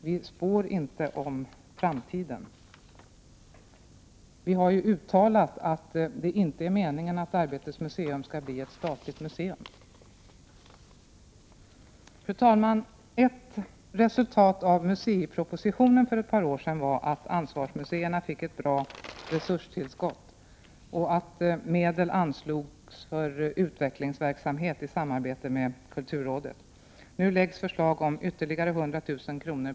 Vi spår inte om framtiden. Vi har uttalat att det inte är meningen att Arbetets museum skall bli ett statligt museum. Fru talman! Ett resultat av museipropositionen för ett par år sedan var att ansvarsmuseerna fick ett bra resurstillskott och att medel anslogs för utvecklingsverksamhet i samarbete med kulturrådet. Nu framläggs förslag om ytterligare 100 000 kr.